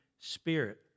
Spirit